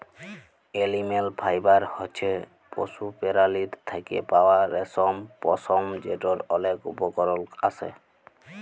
animal fibre হছে পশু পেরালীর থ্যাকে পাউয়া রেশম, পশম যেটর অলেক উপকরল আসে